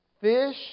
fish